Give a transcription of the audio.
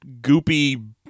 goopy